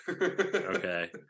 Okay